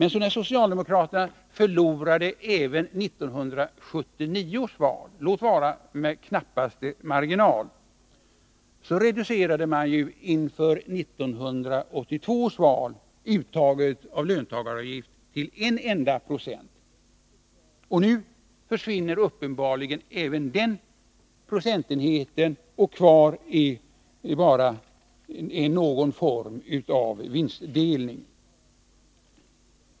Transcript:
När socialdemokraterna förlorade även 1979 års val — låt vara med knapp marginal — reducerade man inför 1982 års val uttaget av löntagaravgift till blott 1 96. Och nu försvinner uppenbarligen även den procentenheten. Kvar blir bara någon form av vinstdelning.